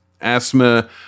asthma